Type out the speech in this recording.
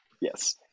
Yes